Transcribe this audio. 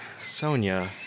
Sonia